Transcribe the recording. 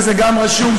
וזה גם רשום,